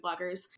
bloggers